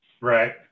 Right